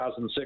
2006